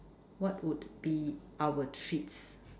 what would be our treats